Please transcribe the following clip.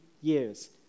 years